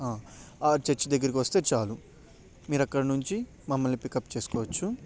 ఆ చర్చ్ దగ్గరికి వస్తే చాలు మీరక్కడి నుండి మమ్మల్ని పికప్ చేసుకోవచ్చు